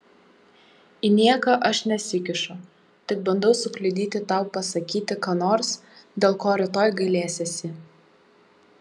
į nieką aš nesikišu tik bandau sukliudyti tau pasakyti ką nors dėl ko rytoj gailėsiesi